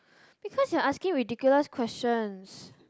because you're asking ridiculous questions